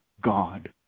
God